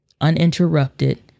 uninterrupted